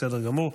בסדר גמור.